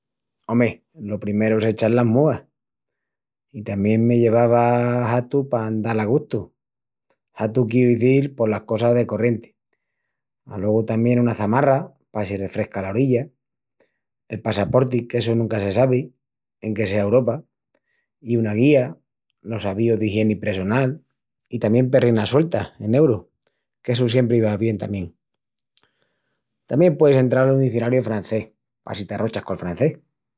Ome, lo primeru es echal las múas. I tamién me llevava hatu pa andal a gustu, hatu quiu izil pos las cosas de corrienti. Alogu tamién una çamarra pa si refresca la orilla. El passaporti, qu'essu nunca se sabi, enque sea Uropa. I una guía, los avíus d'igieni pressonal, i tamién perrinas sueltas, en eurus, qu'essu siempri va bien tamién. Tamién pueis entral un izionariu de francés pa si t'arrochas col francés.